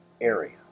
area